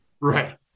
Right